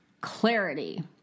Clarity